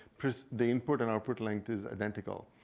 the input and output length is identical.